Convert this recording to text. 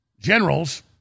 generals